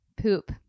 poop